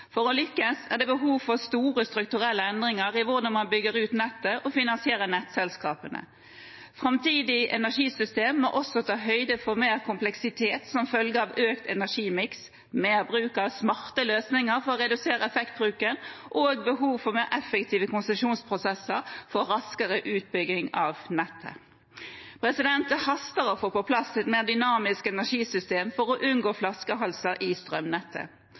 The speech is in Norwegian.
For å lykkes er det behov for store strukturelle endringer i hvordan man bygger ut nettet og finansierer nettselselskapene. Framtidige energisystem må også ta høyde for mer kompleksitet som følge av økt energimiks, mer bruk av smarte løsninger for å redusere effektbruken og behov for mer effektive konsesjonsprosesser for raskere utbygging av nettet. Det haster å få på plass et mer dynamisk energisystem for å unngå flaskehalser i strømnettet.